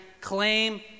claim